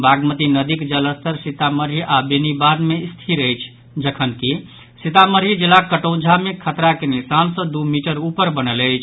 बागमती नदीक जलस्तर सीतामढ़ी आओर बेनीबाद मे स्थिर अछि जखनकि सीतामढ़ी जिलाक कटौंझा मे खतरा के निशान सॅ दू मीटर ऊपर बनल अछि